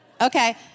Okay